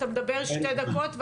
אתה מדבר שתי דקות.